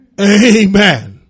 Amen